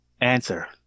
Answer